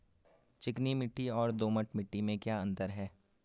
चिकनी मिट्टी और दोमट मिट्टी में क्या क्या अंतर है?